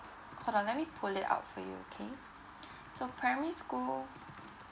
hold on let me pull it out for you okay so primary school